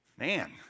Man